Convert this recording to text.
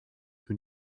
who